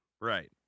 Right